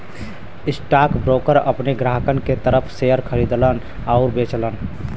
stockbroker अपने ग्राहकन के तरफ शेयर खरीदलन आउर बेचलन